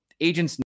agents